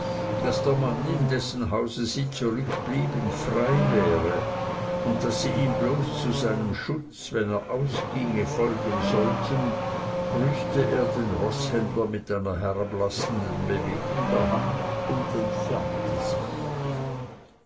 der mann in dessen hause sie zurückblieben frei wäre und daß sie ihm bloß zu seinem schutz wenn er ausginge folgen sollten grüßte er den roßhändler mit einer herablassenden bewegung der hand und entfernte sich